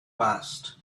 passed